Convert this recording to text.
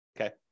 okay